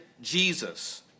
Jesus